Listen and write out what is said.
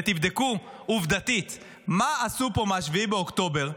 ותבדקו עובדתית מה עשו פה מ-7 באוקטובר,